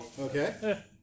Okay